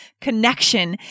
connection